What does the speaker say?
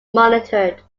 monitored